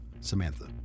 Samantha